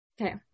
Okay